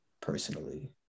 personally